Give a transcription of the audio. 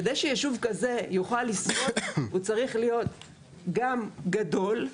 כדי שיישוב כזה יוכל לשרוד הוא צריך להיות גם גדול,